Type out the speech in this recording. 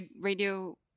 Radio